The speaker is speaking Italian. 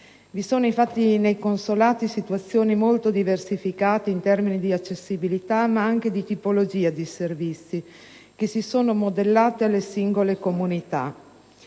Vi sono infatti nei consolati situazioni molto diversificate in termini di accessibilità, ma anche di tipologia dei servizi che si sono modellate alle singole comunità.